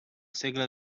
segle